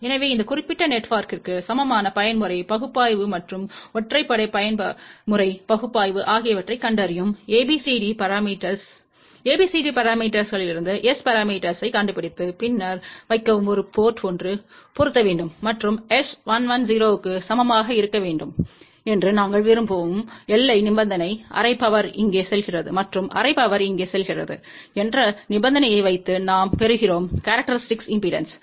எனவே இந்த குறிப்பிட்ட நெட்வொர்க்கிற்கு சமமான பயன்முறை பகுப்பாய்வு மற்றும் ஒற்றைப்படை பயன்முறை பகுப்பாய்வு ஆகியவற்றைக் கண்டறியவும் ABCD பரமீட்டர்ஸ்வை ABCD பரமீட்டர்ஸ் களிலிருந்து S பரமீட்டர்ஸ்வைக் கண்டுபிடித்து பின்னர் வைக்கவும் ஒரு போர்ட் 1 பொருந்த வேண்டும் மற்றும் S110 க்கு சமமாக இருக்க வேண்டும்என்று நாங்கள் விரும்பும் எல்லை நிபந்தனை அரை பவர் இங்கே செல்கிறது மற்றும் அரை பவர் இங்கே செல்கிறது என்ற நிபந்தனையை வைத்து நாம் பெறுகிறோம் கேரக்டரிஸ்டிக் இம்பெடன்ஸ் 70